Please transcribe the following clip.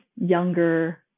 younger